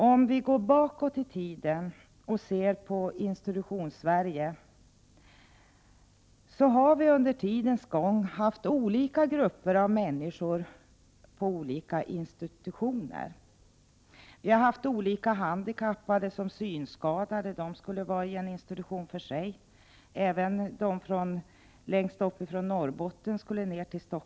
Om vi går bakåt i tiden och ser på Institutionssverige, finner vi att vi under tidernas lopp har haft olika grupper av människor på olika institutioner. Vi har haft handikappade t.ex. synskadade, som skulle vara i en egen institution. Även de som bodde längst upp i Norrbotten skulle ned till Stockholm.